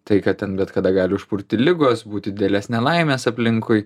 tai kad ten bet kada gali užpulti ligos būti didelės nelaimės aplinkui